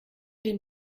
den